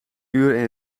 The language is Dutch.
uur